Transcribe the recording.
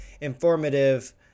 informative